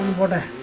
border